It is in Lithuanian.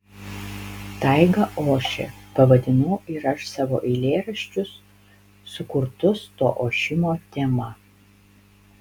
taiga ošia pavadinau ir aš savo eilėraščius sukurtus to ošimo tema